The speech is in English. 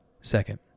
Second